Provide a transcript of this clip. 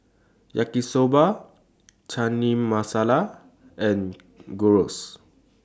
Yaki Soba Chana Masala and Gyros